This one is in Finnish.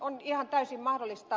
on ihan täysin mahdollista